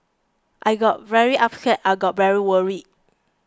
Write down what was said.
I got very upset I got very worried